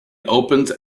opens